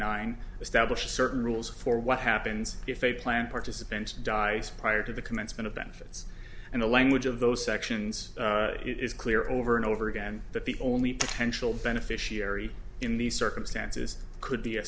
nine establish certain rules for what happens if a plan participants dice prior to the commencement of benefits and the language of those sections it is clear over and over again that the only potential beneficiary in these circumstances could be a